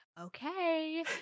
okay